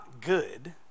good